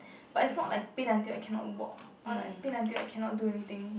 but it's not like pain until I cannot walk or like pain until I cannot do anything